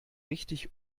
richtig